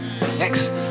Next